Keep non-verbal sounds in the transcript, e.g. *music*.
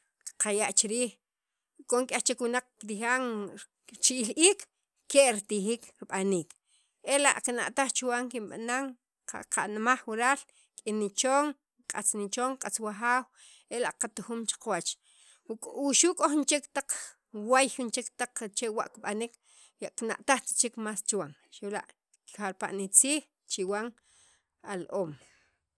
qaya' chi riij k'o nik'yaj chek wunaq kiktijan richi'iil iik' ke' ritijiik rib'aniik ela' kina'taj chuwan qaqanmaj wural rik'in nichon q'atz nichon q'atz wajaaw ela' qatujun cha qawach o wuxu' k'o nik'yaj chek waay taq waa *noise* taq chwea' kib'anek kina'tajt chek más chuwan xu' la' jarpala' nitziij chiwan al- oom